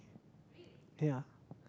ya